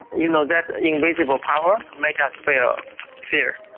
you know, that invisible power make us feel fear.